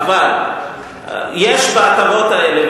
אבל יש בהטבות האלה,